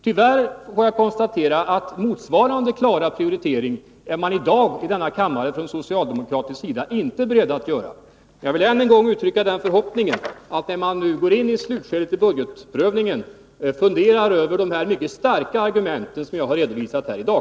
Tyvärr får jag konstatera att i dag är man från socialdemokratisk sida i denna kammare inte beredd att göra motsvarande klara prioritering. Jag vill än en gång uttrycka den förhoppningen att regeringen, när man nu går in i slutskedet av budgetprövningen, skall fundera över de mycket starka argument som jag har redovisat här i dag.